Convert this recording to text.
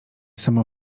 samo